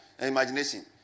Imagination